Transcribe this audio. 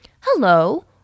Hello